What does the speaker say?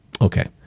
okay